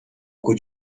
could